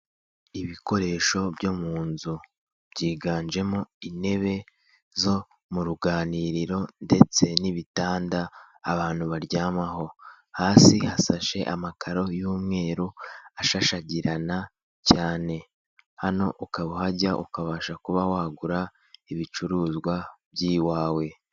Ibikoresho byo mu nzu, byiganjemo intebe zo mu ruganiriro ndetse n'ibitanda abantu baryamaho. Hasi hasashe amakaro y'umweru ashashagirana cyane. Hano ukaba uhajya, ukabasha kuba wagura ibicuruzwa by'iwawe.